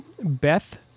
Beth